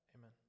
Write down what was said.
Amen